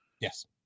Yes